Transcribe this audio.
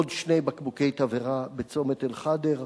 עוד שני בקבוקי תבערה בצומת אל-ח'דר,